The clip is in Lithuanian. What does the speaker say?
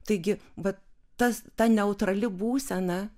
taigi vat tas ta neutrali būsena